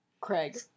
Craig